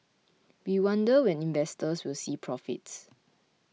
we wonder when investors will see profits